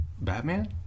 Batman